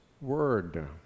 Word